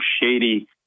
shady